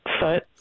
foot